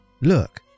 Look